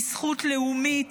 היא זכות לאומית,